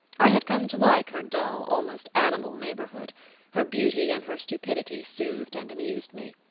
i had come to like her dull, almost animal neighbourhood her beauty and her stupidity soothed and amused me.